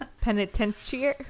penitentiary